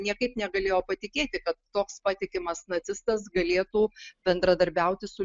niekaip negalėjo patikėti kad toks patikimas nacistas galėtų bendradarbiauti su